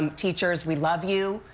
and teachers, we love you,